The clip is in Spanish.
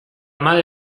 madre